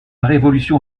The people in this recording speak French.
révolution